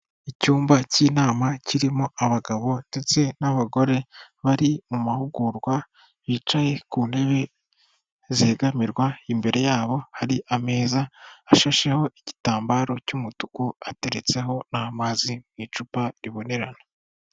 Icyumba cy'inama kirimo abagabo ndetse n'abagore bari mu mahugurwa, bicaye ku ntebe zegamirwa imbere yabo hari ameza ashasheho igitambaro cy'umutuku ateretseho n'amazi mu icupa ribonerana.